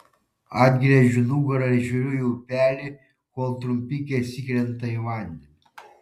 atgręžiu nugarą ir žiūriu į upelį kol trumpikės įkrenta į vandenį